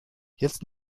jetzt